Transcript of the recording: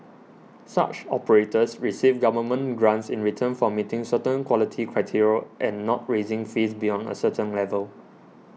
such operators receive government grants in return for meeting certain quality criteria and not raising fees beyond a certain level